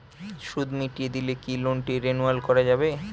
সুদ মিটিয়ে দিলে কি লোনটি রেনুয়াল করাযাবে?